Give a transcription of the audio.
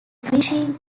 finishing